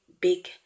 big